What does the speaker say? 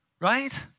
right